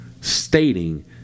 stating